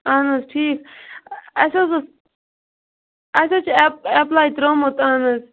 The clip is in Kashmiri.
اہن حظ ٹھیٖک اَسہِ حظ اوس اَسہِ حظ چھ ایٚپ ایٚپلاے ترومت اہن حظ